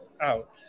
out